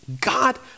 God